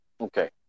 Okay